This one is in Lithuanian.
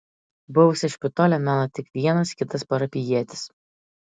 buvusią špitolę mena tik vienas kitas parapijietis